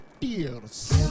tears